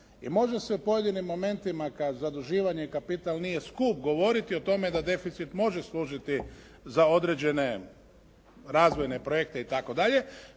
i može se u pojedinim momentima kad zaduživanje i kapital nije skup govoriti o tome da deficit može služiti za određene razvojne projekte i